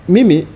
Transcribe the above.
Mimi